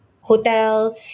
hotel